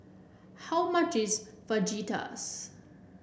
how much is Fajitas